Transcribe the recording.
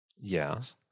Yes